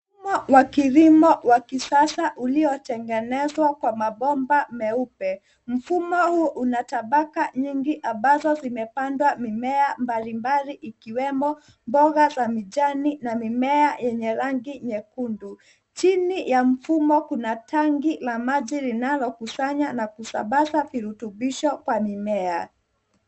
Mfumo wa kilimo cha kisasa uliotengenezwa kwa mabomba meupe. Mfumo huu una tabaka nyingi ambaza zimepandwa mimea mbalimbali ikiwemo mboja za mijani na mimea yenye rangi nyekundu. Chini ya mfumo kuna tanki la maji linalokusanya na kusambaza virutubisho kwa mimea.